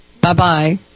bye-bye